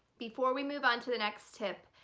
before we move on to the next tip,